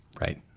Right